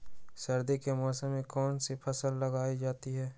सर्दी के मौसम में कौन सी फसल उगाई जाती है?